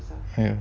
ya